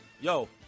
Yo